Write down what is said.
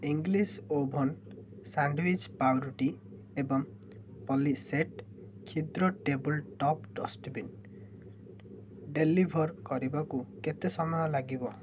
English oven sandwich ପାଉଁରୁଟି ଏବଂ ପଲିସେଟ୍ କ୍ଷୁଦ୍ର ଟେବୁଲ୍ ଟପ୍ ଡଷ୍ଟବିନ୍ ଡେଲିଭର୍ କରିବାକୁ କେତେ ସମୟ ଲାଗିବ